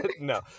no